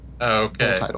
Okay